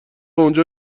اونجا